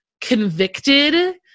convicted